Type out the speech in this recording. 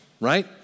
Right